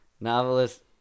novelist